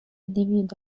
divide